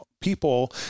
people